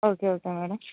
okay okay madam